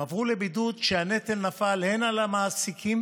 הם עברו לבידוד כשהנטל נפל הן על המעסיקים